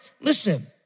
listen